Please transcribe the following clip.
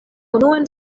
unuan